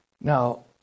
Now